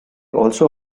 also